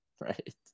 Right